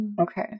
Okay